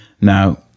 Now